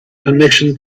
permission